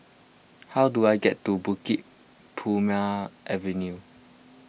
how do I get to Bukit Purmei Avenue